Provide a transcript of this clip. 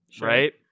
Right